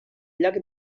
llac